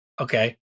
Okay